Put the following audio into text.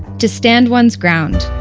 to stand one's ground.